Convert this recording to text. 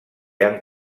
han